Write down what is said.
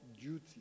duty